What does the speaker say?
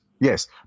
yes